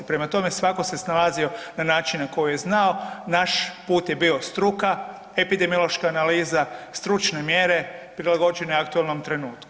Prema tome, svako se snalazio na načine na koji je znao, naš put je bio struka, epidemiološka analiza, stručne mjere prilagođene aktualnom trenutku.